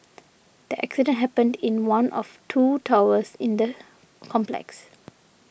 the accident happened in one of two towers in the complex